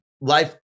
life